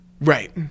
right